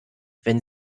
wenn